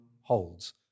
holds